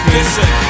Listen